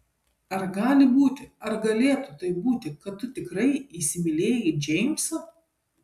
ar gali būti ar galėtų taip būti kad tu tikrai įsimylėjai džeimsą